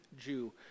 Jew